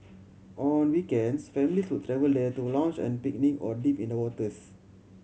on weekends families would travel there to lounge and picnic or dip in waters